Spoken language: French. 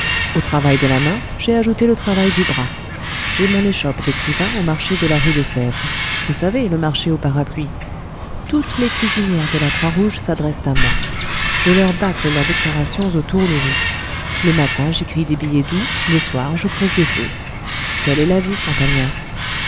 au travail de la main j'ai ajouté le travail du bras j'ai mon échoppe d'écrivain au marché de la rue de sèvres vous savez le marché aux parapluies toutes les cuisinières de la croix-rouge s'adressent à moi je leur bâcle leurs déclarations aux tourlourous le matin j'écris des billets doux le soir je creuse des fosses telle est la vie campagnard